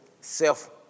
self